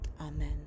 amen